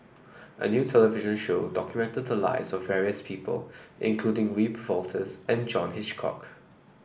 a new television show documented the lives of various people including Wiebe Wolters and John Hitchcock